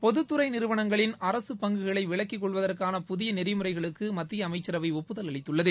பொதுத்துறை நிறுவனங்களின் அரசு பங்குகளை விலக்கிக் கொள்வதற்கான புதிய நெறிமுறைகளுக்கு மத்திய அமைச்சரவை ஒப்புதல் அளித்துள்ளது